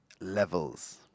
levels